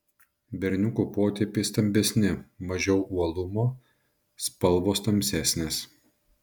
berniukų potėpiai stambesni mažiau uolumo spalvos tamsesnės